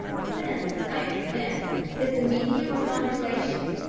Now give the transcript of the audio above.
scent, i am convinced, is the medium of conversation,